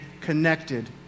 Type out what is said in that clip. connected